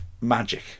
Magic